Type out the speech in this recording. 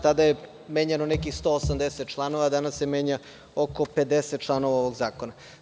Tada je menjano nekih 180 članova, a danas se menja oko 50 članova ovog zakona.